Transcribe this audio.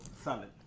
salad